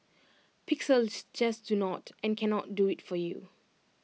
pixels just do not and cannot do IT for you